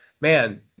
Man